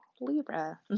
Libra